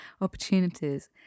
opportunities